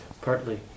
Partly